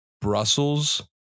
Brussels